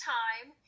time